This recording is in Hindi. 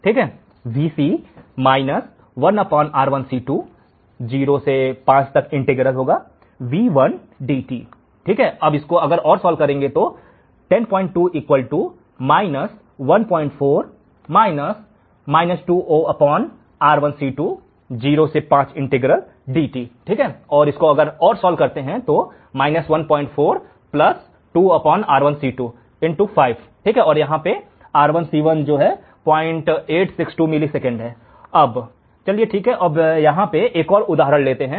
R1C1862 ms आइए एक और उदाहरण लेते हैं